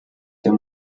der